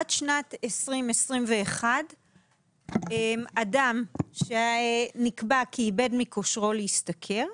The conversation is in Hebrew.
עד שנת 2021 אדם שנקבע כי איבד מכושרו להשתכר,